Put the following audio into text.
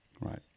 Right